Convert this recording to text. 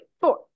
four